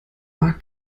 war